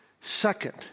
Second